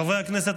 חברי הכנסת,